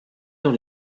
dans